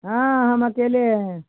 हाँ हम अकेले हैं